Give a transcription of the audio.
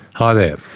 hi there.